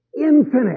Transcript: infinite